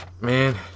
Man